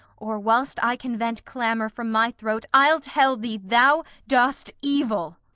or, whilst i can vent clamour from my throat, i'll tell thee thou dost evil.